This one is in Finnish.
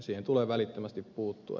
siihen tulee välittömästi puuttua